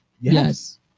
Yes